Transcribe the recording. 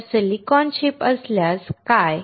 तर silicon chip असल्यास काय